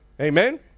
Amen